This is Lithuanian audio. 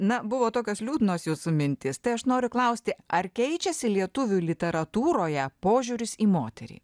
na buvo tokios liūdnos jūsų mintys tai aš noriu klausti ar keičiasi lietuvių literatūroje požiūris į moterį